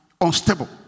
unstable